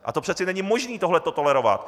A přeci není možné tohle to tolerovat.